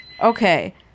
Okay